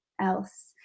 else